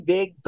Big